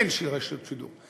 אין רשות השידור.